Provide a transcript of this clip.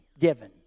given